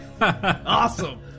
Awesome